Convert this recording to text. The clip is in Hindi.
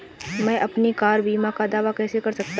मैं अपनी कार बीमा का दावा कैसे कर सकता हूं?